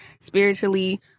spiritually